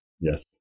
Yes